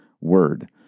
Word